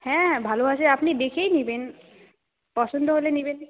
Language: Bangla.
হ্যাঁ হ্যাঁ ভালো আছে আপনি দেখেই নেবেন পছন্দ হলে নেবেন